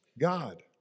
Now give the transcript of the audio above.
God